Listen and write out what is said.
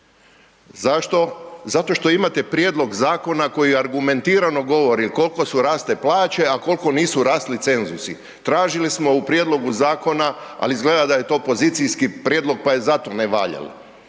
Zašto? Zato što imate prijedlog zakona koji argumentirano govori kolko su rasle plaće, a kolko nisu rasli cenzusi. Tražili smo u prijedlogu zakona, ali izgleda da je to pozicijski prijedlog, pa je zato nevaljal,